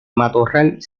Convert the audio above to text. matorral